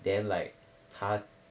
then like 他